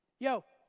yo.